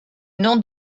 nom